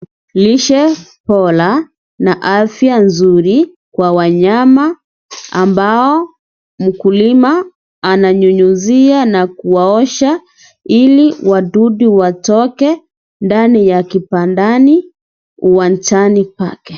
Lishe bora na afia nzuri kwa wanyama ambao mkulima ananyunyuzia na kuwaosha ili wadudu watoke ndani ya kibandani uwanjani pake.